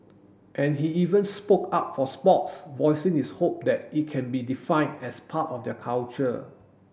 and he even spoke up for sports voicing his hope that it can be defined as part of their culture